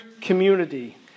community